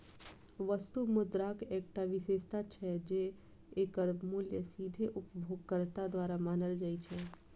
वस्तु मुद्राक एकटा विशेषता छै, जे एकर मूल्य सीधे उपयोगकर्ता द्वारा मानल जाइ छै